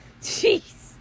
Jeez